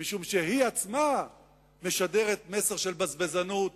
משום שהיא עצמה משדרת מסר של בזבזנות